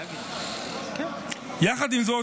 עם זאת,